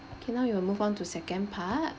okay now we will move on to second part